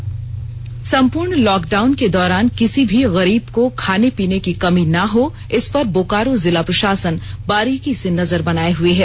Bokaro corona संपूर्ण lockdown के दौरान किसी भी गरीब को खाने पीने की कमी ना हो इस पर बोकारो जिला प्रशासन बारीकी से नजर बनाए हुए हैं